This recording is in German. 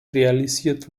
realisiert